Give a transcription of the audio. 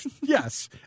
Yes